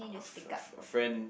a a a friend